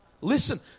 Listen